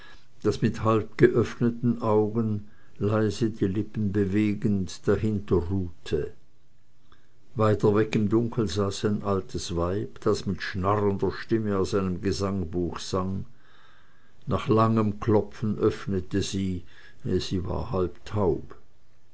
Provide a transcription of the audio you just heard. das mit halb geöffneten augen leise die lippen bewegend dahinter ruhte weiter weg im dunkel saß ein altes weib das mit schnarrender stimme aus einem gesangbuch sang nach langem klopfen öffnete sie sie war halb taub